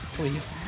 Please